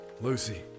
Lucy